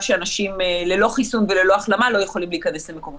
שאנשים ללא חיסון וללא החלמה לא יכולים להיכנס למקומות.